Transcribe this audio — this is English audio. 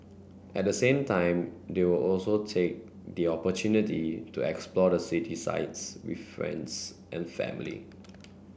at the same time they will also take the opportunity to explore the city sights with friends and family